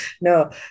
no